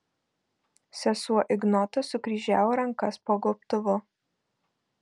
sesuo ignota sukryžiavo rankas po gobtuvu